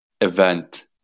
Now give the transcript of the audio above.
event